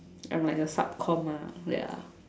I'm like the sub comm lah ya